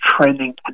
trending